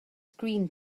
screen